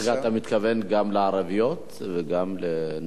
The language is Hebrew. רגע, אתה מתכוון גם לערביות, גם לנשים?